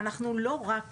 אנחנו לא רק